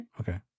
Okay